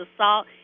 assault